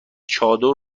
چادر